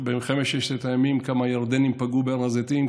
במלחמת ששת הימים כמה הירדנים פגעו בהר הזיתים,